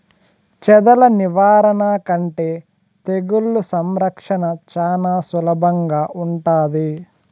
చెదల నివారణ కంటే తెగుళ్ల సంరక్షణ చానా సులభంగా ఉంటాది